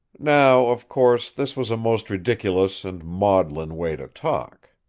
now, of course, this was a most ridiculous and maudlin way to talk.